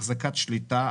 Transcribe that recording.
החזקת שליטה,